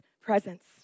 presence